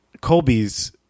Colby's